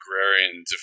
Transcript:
agrarian